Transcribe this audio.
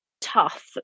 tough